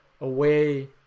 away